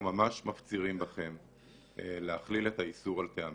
אנחנו ממש מפצירים בכם להכליל את האיסור על טעמים.